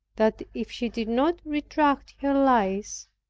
that if she did not retract her lies,